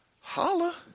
Holla